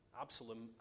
Absalom